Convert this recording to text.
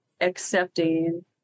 accepting